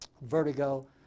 vertigo